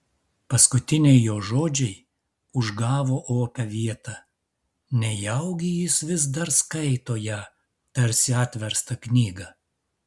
paskutiniai jo žodžiai užgavo opią vietą nejaugi jis vis dar skaito ją tarsi atverstą knygą